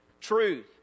truth